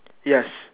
yes